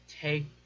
take